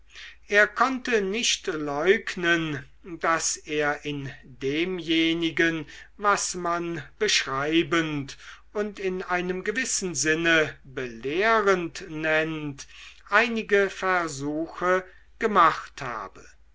er konnte nicht leugnen daß er in demjenigen was man beschreibend und in einem gewissen sinne belehrend nennt einige versuche gemacht habe